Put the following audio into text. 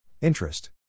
Interest